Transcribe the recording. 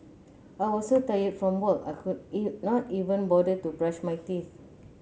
I was so tired from work I could not even bother to brush my teeth